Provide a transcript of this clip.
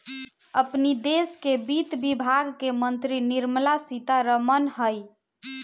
अपनी देस के वित्त विभाग के मंत्री निर्मला सीता रमण हई